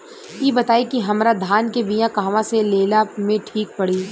इ बताईं की हमरा धान के बिया कहवा से लेला मे ठीक पड़ी?